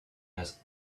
has